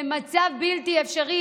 זה מצב בלתי אפשרי,